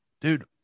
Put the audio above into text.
dude